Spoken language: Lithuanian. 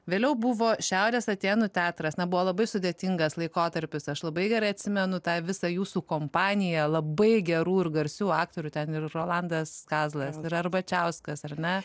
vėliau buvo šiaurės atėnų teatras na buvo labai sudėtingas laikotarpis aš labai gerai atsimenu tą visą jūsų kompanija labai gerų ir garsių aktorių ten ir rolandas kazlas ir arbačiauskas ar ne